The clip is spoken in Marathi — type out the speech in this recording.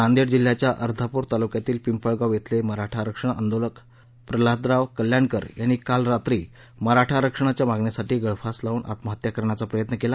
नांदेड जिल्ह्याच्या अर्धापूर तालुक्यातील पिंपळगाव इथले मराठा आरक्षण आंदोलक प्रल्हादराव कल्याणकर यांनी काल रात्री मराठा आरक्षणाच्या मागणीसाठी गळफास लाऊन आत्महत्या करण्याचा प्रयत्न केला